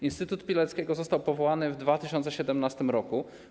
Instytut Pileckiego został powołany w 2017 r.